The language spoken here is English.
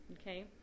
Okay